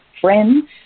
friends